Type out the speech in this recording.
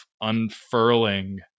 unfurling